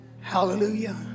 Hallelujah